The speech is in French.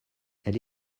elle